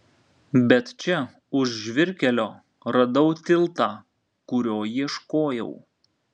bet čia už žvyrkelio radau tiltą kurio ieškojau